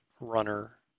runner